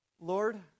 Lord